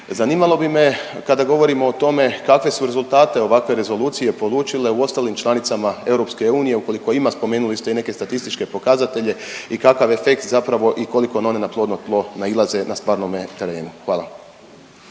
Zanimalo bi me kada govorimo o tome kakve su rezultate ovakve rezolucije polučile u ostalim članicama EU ukoliko ima, spomenuli ste i neke statističke pokazatelje i kakav efekt zapravo i koliko one na plodno tlo nailaze na stvarnome terenu. Hvala.